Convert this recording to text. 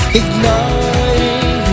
igniting